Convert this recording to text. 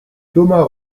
thomas